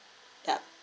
yup